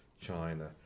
China